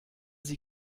sie